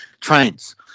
trains